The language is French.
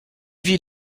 vit